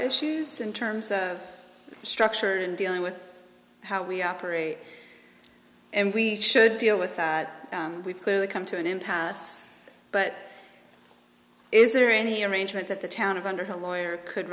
issues in terms of structure in dealing with how we operate and we should deal with that we've clearly come to an impasse but is there any arrangement that the town of under her lawyer could